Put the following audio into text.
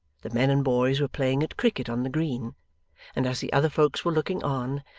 the men and boys were playing at cricket on the green and as the other folks were looking on,